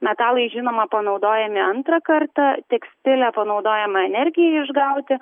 metalai žinoma panaudojami antrą kartą tekstilė panaudojama energijai išgauti